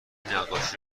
نقاشی